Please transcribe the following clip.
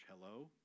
hello